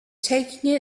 taking